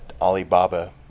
Alibaba